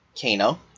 Kano